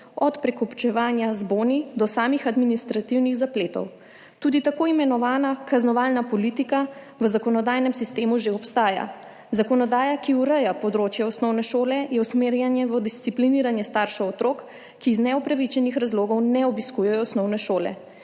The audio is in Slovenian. od prekupčevanja z boni do samih administrativnih zapletov. Tudi tako imenovana kaznovalna politika v zakonodajnem sistemu že obstaja. Zakonodaja, ki ureja področje osnovne šole, je usmerjena v discipliniranje staršev otrok, ki iz neupravičenih razlogov ne obiskujejo osnovne šole.